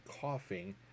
coughing